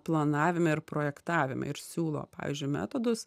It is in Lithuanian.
planavime ir projektavime ir siūlo pavyzdžiui metodus